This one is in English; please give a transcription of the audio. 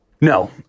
No